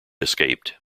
escaped